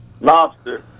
lobster